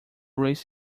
race